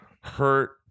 hurt